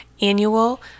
annual